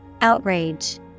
Outrage